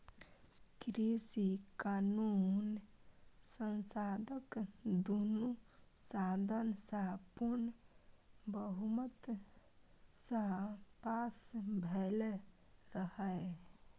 कृषि कानुन संसदक दुनु सदन सँ पुर्ण बहुमत सँ पास भेलै रहय